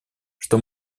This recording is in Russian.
что